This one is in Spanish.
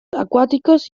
acuáticos